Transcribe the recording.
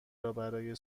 برای